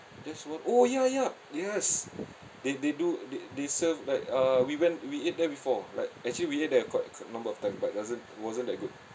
that's w~ oh ya ya yes they they do they they serve like uh we went we ate there before like actually we ate there qui~ quite a number of time but doesn't wasn't that good